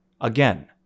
Again